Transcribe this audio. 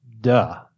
Duh